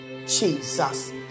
Jesus